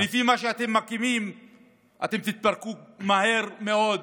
כי לפי מה שאתם מקימים אתם תתפרקו מהר מאוד,